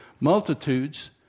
multitudes